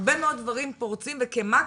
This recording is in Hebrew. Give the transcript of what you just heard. הרבה מאוד דברים פורצים וכמ"כית,